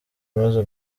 umaze